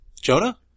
Jonah